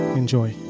enjoy